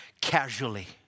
casually